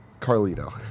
Carlito